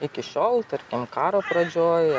iki šiol tarkim karo pradžioj